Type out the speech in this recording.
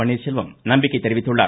பன்னீர்செல்வம் நம்பிக்கை தெரிவித்துள்ளார்